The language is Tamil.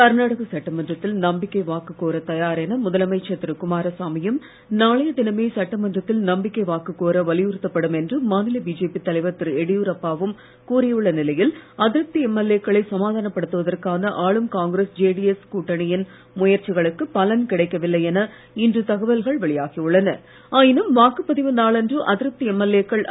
கர்நாடக சட்டமன்றத்தில் நம்பிக்கை வாக்கு கோரத் தயார் என முதலமைச்சர் திரு குமாரசாமியும் நாளைய தினமே சட்டமன்றத்தில் நம்பிக்கை வாக்கு கோர வலியுறுத்தப்படும் என்று மாநில பிஜேபி தலைவர் திரு எடியூரப்பாவும் கூறியுள்ள நிலையில் அதிருப்தி எம்எல்ஏக்களை சமாதானப் படுத்துவதற்கான ஆளும் காங்கிரஸ் ஜேடிஎஸ் கூட்டணியின் முயற்சிகளுக்கு பலன் கிடைக்கவில்லை என இன்று தகவல்கள் வெளியாகி ஆயினும் வாக்குப்பதிவு நாளன்று அதிருப்தி எம்எல்ஏக்கள் உள்ளன